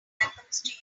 happens